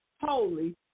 holy